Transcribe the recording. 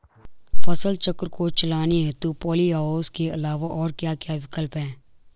फसल चक्र को चलाने हेतु पॉली हाउस के अलावा और क्या क्या विकल्प हैं?